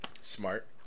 Smart